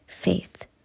Faith